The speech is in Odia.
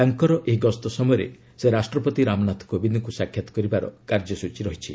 ତାଙ୍କର ଏହି ଗସ୍ତ ସମୟରେ ସେ ରାଷ୍ଟ୍ରପତି ରାମନାଥ କୋବିନ୍ଦଙ୍କୁ ସାକ୍ଷାତ କରିବାର କାର୍ଯ୍ୟସୂଚୀ ରହିଛି